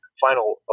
final